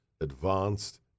advanced